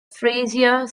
frazier